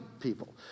people